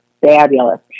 fabulous